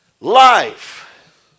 life